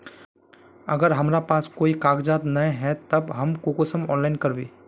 अगर हमरा पास कोई कागजात नय है तब हम कुंसम ऑनलाइन करबे?